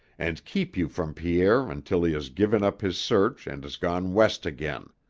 and keep you from pierre until he has given up his search and has gone west again.